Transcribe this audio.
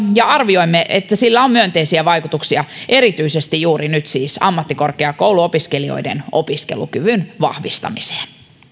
ja arvioimme että tällä uudistuksella on myönteisiä vaikutuksia erityisesti juuri nyt ammattikorkeakouluopiskelijoiden opiskelukyvyn vahvistamiseen